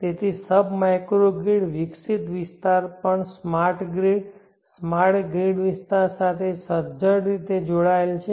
તેથી sub microgrid વિકસિત વિસ્તાર પણ સ્માર્ટ ગ્રીડ સ્માર્ટ ગ્રીડ વિસ્તાર સાથે સજ્જડ રીતે જોડાયેલ છે